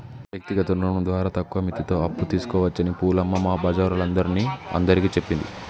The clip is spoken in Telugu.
వ్యక్తిగత రుణం ద్వారా తక్కువ మిత్తితో అప్పు తీసుకోవచ్చని పూలమ్మ మా బజారోల్లందరిని అందరికీ చెప్పింది